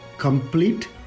Complete